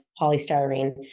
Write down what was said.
polystyrene